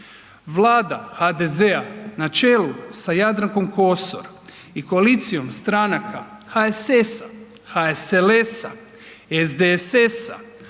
Vlada HDZ-a na čelu sa Jadrankom Kosor i koalicijom stranaka HSS-a, HSLS-a, SDSS-a,